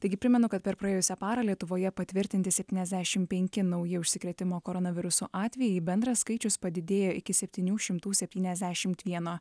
taigi primenu kad per praėjusią parą lietuvoje patvirtinti septyniasdešim penki nauji užsikrėtimo koronavirusu atvejai bendras skaičius padidėjo iki septynių šimtų septyniasdešimt vieno